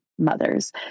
mothers